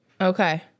Okay